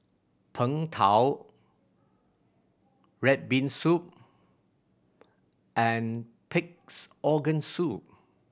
Png Tao red bean soup and Pig's Organ Soup